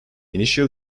initial